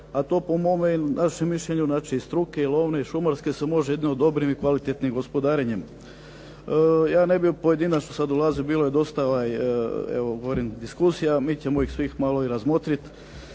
a to po mome ili našem mišljenju, znači struke lovne i šumarske, se može jedino dobrim i kvalitetnim gospodarenjem. Ja ne bih pojedinačno sad ulazio, bilo je dosta diskusija. Mi ćemo ih svih malo i razmotrit